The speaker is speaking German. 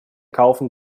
kaufen